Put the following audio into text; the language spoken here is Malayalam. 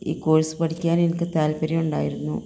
ഈ കോഴ്സ് പഠിക്കാൻ എനിക്ക് താല്പര്യം ഉണ്ടായിരുന്നു